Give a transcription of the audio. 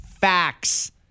facts